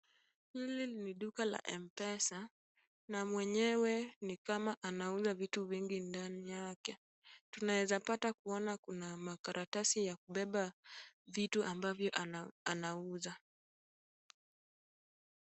Hili ni duka la M-pesa, na mwenyewe ni kama anauza vitu vingi ndani yake. Tunaeza pata kuona kuna makaratasi ya kubeba vitu ambavyo anauza.